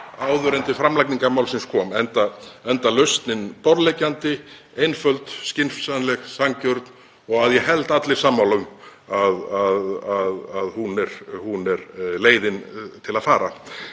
áður en til framlagningar málsins kom enda lausnin borðleggjandi einföld, skynsamleg, sanngjörn og að ég held allir sammála um að hún sé leiðin til að fara.